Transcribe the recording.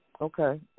Okay